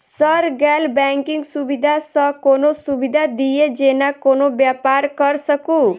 Sir गैर banking सुविधा सँ कोनों सुविधा दिए जेना कोनो व्यापार करऽ सकु?